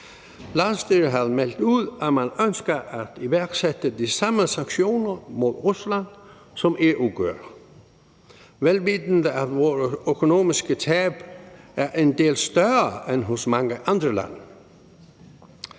Landsstyret har meldt ud, at man ønsker at iværksætte de samme sanktioner mod Rusland, som EU gør, vel vidende at vore økonomiske tab er en del større end mange andre landes.